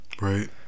Right